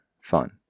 fun